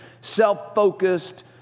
self-focused